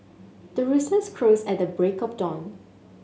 the roosters crows at the break of dawn